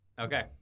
okay